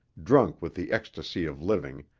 drunk with the ecstasy of living,